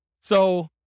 So-